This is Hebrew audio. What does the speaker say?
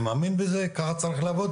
אני מאמין בזה וככה צריך לעבוד,